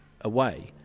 away